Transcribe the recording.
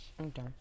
okay